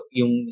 yung